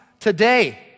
today